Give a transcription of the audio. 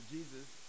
Jesus